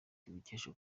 tubikesha